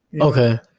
Okay